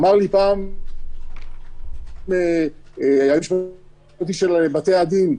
אמר לי פעם היועץ המשפטי של בתי הדין,